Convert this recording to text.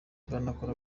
banakora